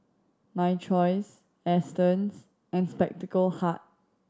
My Choice Astons and Spectacle Hut